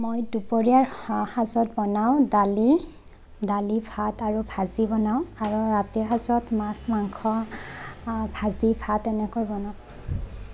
মই দুপৰীয়াৰ সা সাঁজত বনাওঁ দালি দালি ভাত আৰু ভাজি বনাওঁ আৰু ৰাতিৰ সাজত মাছ মাংস ভাজি ভাত এনেকৈ বনাওঁ